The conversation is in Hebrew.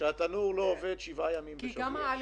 שהתנור לא עובד 7 ימים בשבוע.